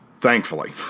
Thankfully